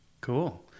Cool